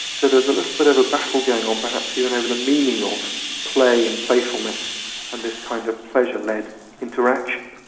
so there's a little bit of a battle going on perhaps even over the meaning of play and playfulness and this kind of pleasure-led interaction.